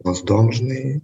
lazdom žinai